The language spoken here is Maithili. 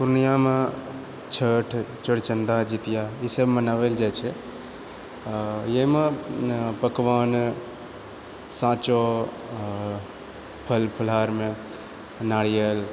पूर्णियामे छठि चौड़चन जितिया ई सब मनाओल जाइत छै आ इएहमे पकवान साँचो फल फलहारमे नारिअल